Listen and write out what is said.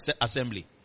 assembly